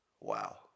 Wow